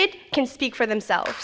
d can speak for themselves